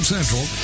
Central